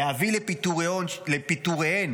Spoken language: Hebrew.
להביא לפיטוריהן